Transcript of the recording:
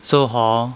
so hor